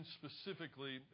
specifically